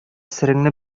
сереңне